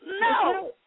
no